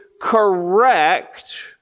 correct